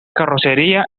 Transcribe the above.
carrocería